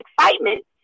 excitement